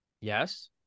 Yes